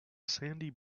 sandy